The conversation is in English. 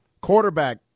Quarterback